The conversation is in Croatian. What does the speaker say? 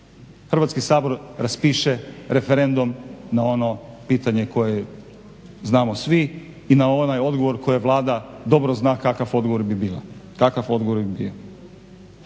Hrvatski sabor raspiše referendum na ono pitanje koje znamo svi i na onaj odgovor koji Vlada dobro zna kakav odgovor bi bio.